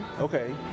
Okay